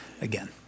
again